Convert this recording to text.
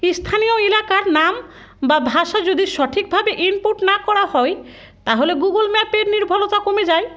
স্থানীয় এলাকার নাম বা ভাষা যদি সঠিকভাবে ইনপুট না করা হয় তাহলে গুগল ম্যাপের নির্ভরতা কমে যায়